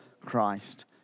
Christ